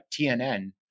tnn